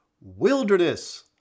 wilderness